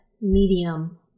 medium